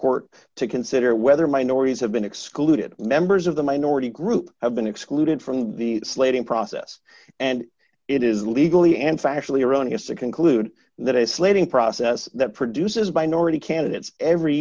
court to consider whether minorities have been excluded members of the minority group have been excluded from the slating process and it is legally and factually erroneous to conclude that a slating process that produces minority candidates every